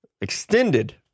extended